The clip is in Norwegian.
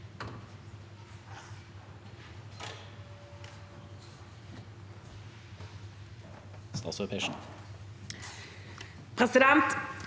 Presidenten